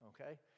Okay